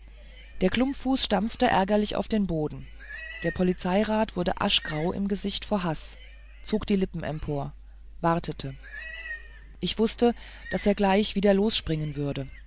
der klumpfuß stampfte ärgerlich auf den boden der polizeirat wurde aschgrau im gesicht vor haß zog die lippe empor wartete ich wußte daß er gleich wieder losspringen würde